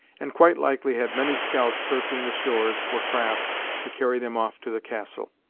and quite likely had many scouts searching the shores for craft to carry them off to the castle.